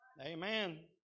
Amen